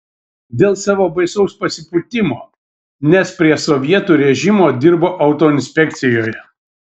dėl savo baisaus pasipūtimo nes prie sovietų režimo dirbo autoinspekcijoje